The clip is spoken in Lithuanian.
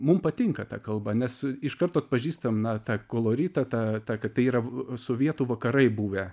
mum patinka ta kalba nes iš karto atpažįstam na tą koloritą tą tą kad tai yra sovietų vakarai buvę